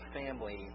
family